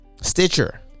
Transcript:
Stitcher